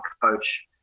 coach